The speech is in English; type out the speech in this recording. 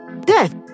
death